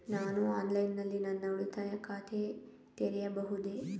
ನಾನು ಆನ್ಲೈನ್ ನಲ್ಲಿ ನನ್ನ ಉಳಿತಾಯ ಖಾತೆ ತೆರೆಯಬಹುದೇ?